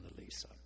Lisa